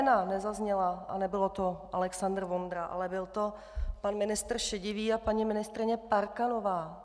Ta jména nezazněla a nebyl to Alexandr Vondra, ale byl to pan ministr Šedivý a paní ministryně Parkanová.